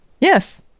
Yes